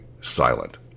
silent